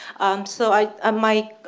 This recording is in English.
so i um might